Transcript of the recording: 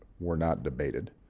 were not debated